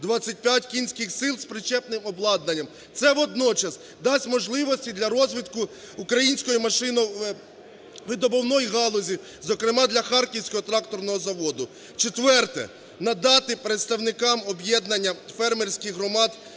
25 кінських сил з причіпним обладнанням. Це водночас дасть можливості для розвитку української машино-видобувної галузі, зокрема, для Харківського тракторного заводу. Четверте. Надати представникам об'єднання фермерських громад